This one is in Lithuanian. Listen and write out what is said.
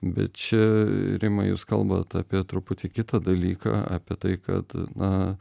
bet čia rimai jūs kalbat apie truputį kitą dalyką apie tai kad na